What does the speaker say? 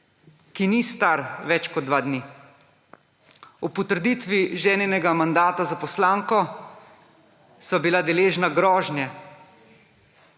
ki ni star več kot dva dni. Ob potrditvi ženinega mandata za poslanko, sva bila deležna groženje,